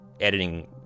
editing